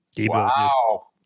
Wow